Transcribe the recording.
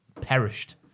perished